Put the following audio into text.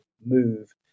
move